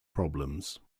problems